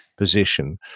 position